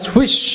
wish